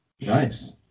Nice